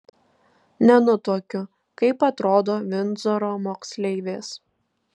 nenutuokiu kaip atrodo vindzoro moksleivės